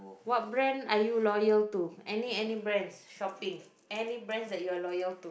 what brand are you loyal to any any brands shopping any brands that you're loyal